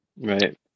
right